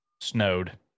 snowed